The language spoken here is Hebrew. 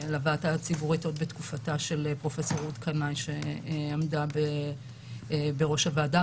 לוועדה הציבורית עוד בתקופתה של פרופ' רות קנאי שעמדה בראש הוועדה.